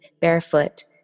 barefoot